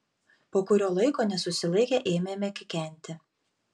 po kurio laiko nesusilaikę ėmėme kikenti